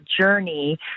journey